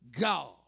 God